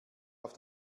auf